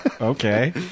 Okay